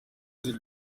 ziri